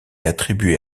attribuée